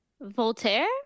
Voltaire